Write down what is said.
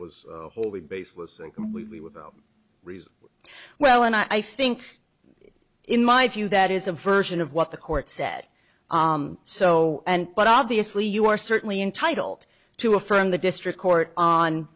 was wholly baseless and completely without reason well and i think in my view that is a version of what the court said so and but obviously you are certainly entitled to affirm the district court on